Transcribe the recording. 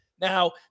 Now